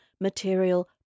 material